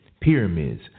Pyramids